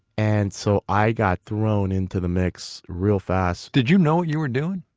and so i got thrown into the mix real fast did you know what you were doing?